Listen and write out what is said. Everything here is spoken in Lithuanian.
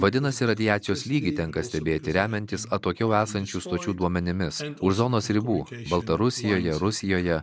vadinasi radiacijos lygį tenka stebėti remiantis atokiau esančių stočių duomenimis už zonos ribų baltarusijoje rusijoje